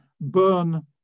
burn